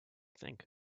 think